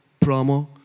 promo